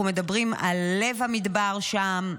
אנחנו מדברים על לב המדבר שם.